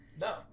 No